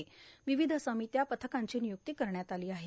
र्वावध सामत्या पथकांची नियुक्ती करण्यात आलो आहे